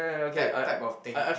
type type of thing